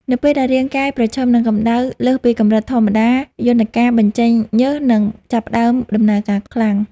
នៅពេលដែលរាងកាយប្រឈមនឹងកម្ដៅលើសពីកម្រិតធម្មតា យន្តការបញ្ចេញញើសនឹងចាប់ផ្តើមដំណើរការខ្លាំង។